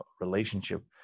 relationship